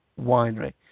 Winery